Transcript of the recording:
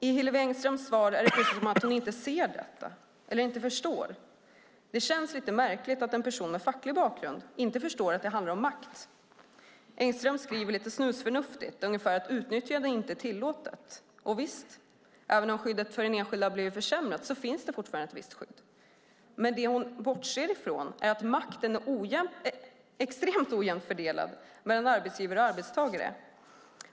I Hillevi Engströms svar är det precis som att hon inte ser detta, eller inte förstår. Det känns lite märkligt att en person med facklig bakgrund inte förstår att det handlar om makt. Engström skriver lite snusförnuftigt ungefär att utnyttjande inte är tillåtet. Och visst, även om skyddet för den enskilde har försämrats finns det fortfarande ett visst skydd. Det hon dock bortser ifrån är att makten är extremt ojämnt fördelad mellan arbetsgivare och arbetstagare.